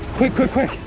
quick, quick, quick.